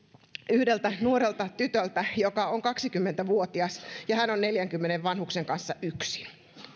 yhdeltä nuorelta tytöltä joka on kaksikymmentä vuotias ja on neljänkymmenen vanhuksen kanssa yksin ja